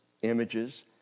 Images